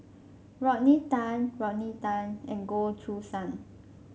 Rodney Tan Rodney Tan and Goh Choo San